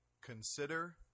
Consider